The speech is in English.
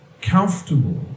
comfortable